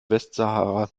westsahara